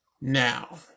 now